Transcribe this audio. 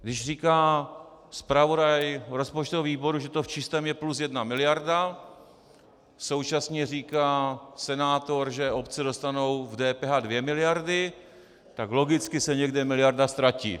Když říká zpravodaj rozpočtového výboru, že to v čistém je plus jedna miliarda, současně říká senátor, že obce dostanou v DPH dvě miliardy, tak logicky se někde miliarda ztratí.